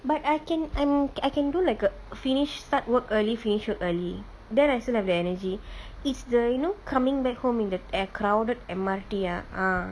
but I can I'm~ I can do like err finish start work early finish work early then I still have the energy it's the you know coming back home in the eh crowded M_R_T ah ah